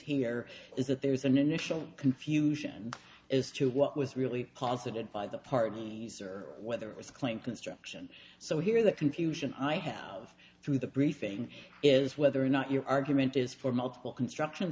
here is that there's an initial confusion as to what was really posited by the parties or whether it was a claim construction so here the confusion i have through the briefing is whether or not your argument is for multiple construction